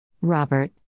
Robert